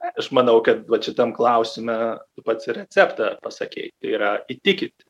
aš manau kad vat šitam klausime pats receptą pasakei tai yra įtikinti